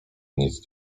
nic